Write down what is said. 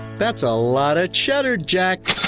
that's a lot of cheddar, jack!